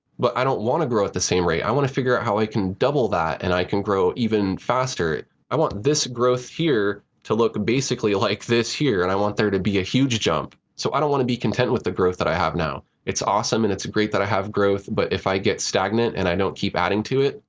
but i don't want to grow at the same rate. i want to figure out how i can double that and i can grow even faster. i want this growth here to look basically like this here. and i want there to be a huge jump. so i don't want to be content with the growth that i have now. it's awesome and it's great that i have growth, but if i get stagnant and i don't keep adding to it,